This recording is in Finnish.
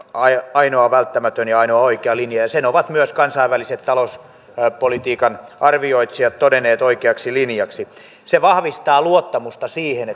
ainoa välttämätön ja ainoa oikea linja ja sen ovat myös kansainväliset talouspolitiikan arvioitsijat todenneet oikeaksi linjaksi se vahvistaa luottamusta siihen